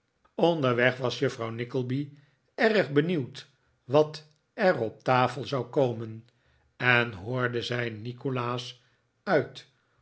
onderweg was juffrouw nickleby erg benieuwd wat er op tafel zou komen en hoorde zij nikolaas uit